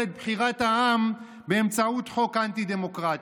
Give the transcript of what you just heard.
את בחירת העם באמצעות חוק אנטי-דמוקרטי.